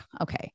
okay